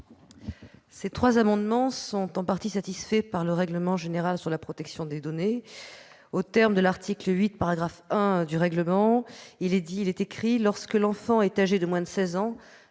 Ces amendements sont en partie satisfaits par le règlement général sur la protection des données. En effet, aux termes de l'article 8, paragraphe 1, du règlement, « lorsque l'enfant est âgé de moins de 16 ans,